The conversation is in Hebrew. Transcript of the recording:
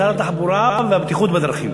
משרד התחבורה והבטיחות בדרכים,